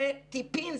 זה טיפין,